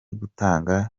gutanga